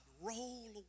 roll